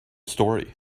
story